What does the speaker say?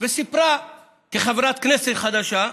וסיפרה שכחברת כנסת חדשה,